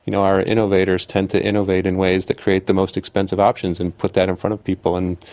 you know our innovators tend to innovate in ways that create the most expensive options and put that in front of people, and